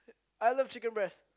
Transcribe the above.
I love chicken breast